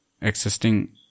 existing